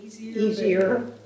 Easier